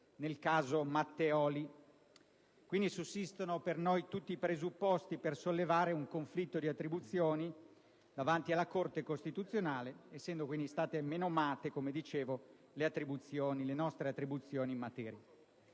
sul caso Matteoli). Quindi, sussistono per noi tutti i presupposti per sollevare un conflitto di attribuzione davanti alla Corte costituzionale essendo state menomate, come dicevo, le nostre attribuzioni in materia.